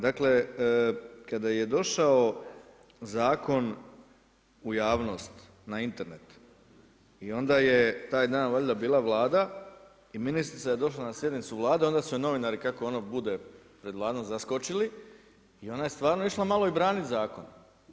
Dakle kada je došao zakon u javnost na Internet i onda je taj dan valjda bila Vlada i ministrica je došla na sjednicu Vlade onda su je novinari kako ono bude pred Vladom zaskočili i ona je stvarno išla malo i braniti zakon.